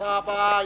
תודה רבה.